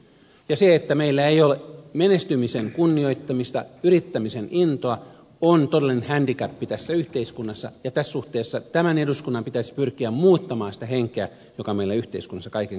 se että meillä ei ole menestymisen kunnioittamista yrittämisen intoa on todellinen handicap tässä yhteiskunnassa ja tässä suhteessa tämän eduskunnan pitäisi pyrkiä muuttamaan sitä henkeä joka meillä yhteiskunnassa kaiken kaikkiaan vallitsee